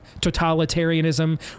totalitarianism